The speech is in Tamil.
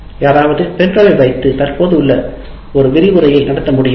யாராவது பென் டிரைவை வைத்து தற்போது ஒரு சொற்பொழிவை நடத்த முடியுமா